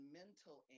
mental